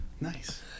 Nice